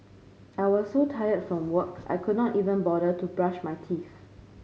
I was so tired from work I could not even bother to brush my teeth